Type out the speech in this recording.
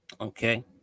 Okay